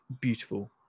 beautiful